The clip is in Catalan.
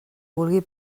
vulgui